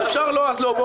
אם אפשר שלא אז לא.